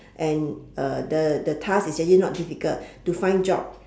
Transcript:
and uh the the task is actually not difficult to find job